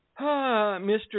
Mr